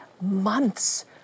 months